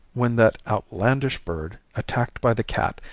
when that outlandish bird, attacked by the cat,